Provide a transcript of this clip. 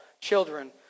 children